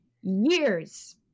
years